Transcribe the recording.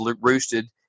roosted